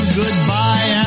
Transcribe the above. goodbye